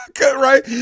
Right